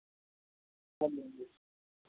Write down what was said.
ਹਾਂਜੀ ਹਾਂਜੀ